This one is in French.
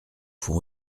font